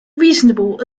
reasonable